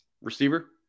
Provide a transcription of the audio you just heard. Receiver